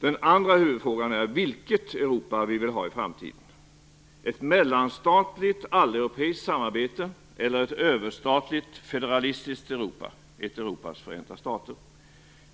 Den andra huvudfrågan är vilket Europa vi vill ha i framtiden. Ska vi ha ett mellanstatligt, alleuropeiskt samarbete? Eller ska vi ha ett överstatligt, federalistiskt Europa, ett Europas förenta stater?